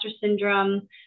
syndrome